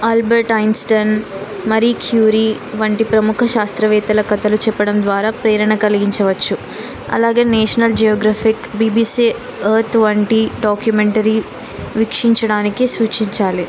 Albert Einstein Marie Curie వంటి ప్రముఖ శాస్త్రవేత్తల కథలు చెప్పడం ద్వారా ప్రేరణ కలిగించవచ్చు అలాగే నేషనల్ జియోగ్రఫిక్ బీబీసీ ఎర్త్ వంటి డాక్యుమెంటరీ వీక్షించడానికి సూచించాలి